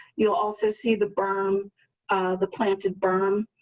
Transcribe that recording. you'll also see the berm the planted burn,